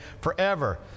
forever